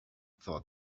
thought